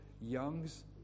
Young's